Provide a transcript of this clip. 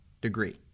degree—